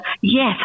Yes